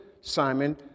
Simon